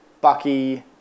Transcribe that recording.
Bucky